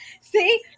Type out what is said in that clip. see